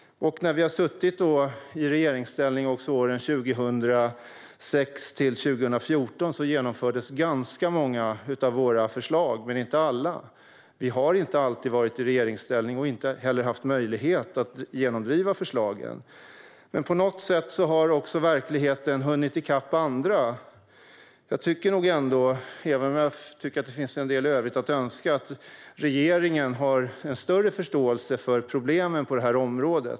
När vi satt i regeringsställning under åren 2006-2014 genomfördes många av våra förslag, men inte alla. Vi har inte alltid varit i regeringsställning och heller inte haft möjlighet att genomdriva förslagen. På något sätt har dock verkligheten hunnit i kapp andra. Även om det finns en hel del i övrigt att önska tycker jag att regeringen har en större förståelse för problemen på detta område.